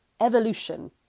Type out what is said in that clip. evolution